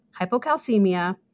hypocalcemia